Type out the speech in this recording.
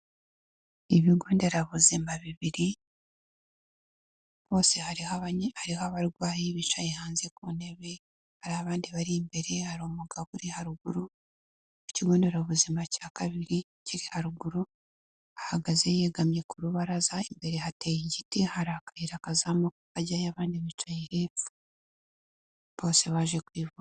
Ibigo nderabuzima bibiri, bose hariho hariho abarwayi bicaye hanze ku ntebe, hari abandi bari imbere hari umugabo uri haruguru. Ikigo nderabuzima cya kabiri kiri haruguru, ahagaze yegamye ku rubaraza, imbere hateye igiti hari akayira kazamuka kajyayo, abandi bicaye hepfo bose baje kwivu...